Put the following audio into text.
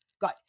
good